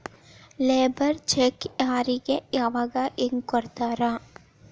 Labour ಚೆಕ್ಕ್ನ್ ಯಾರಿಗೆ ಯಾವಗ ಹೆಂಗ್ ಕೊಡ್ತಾರ?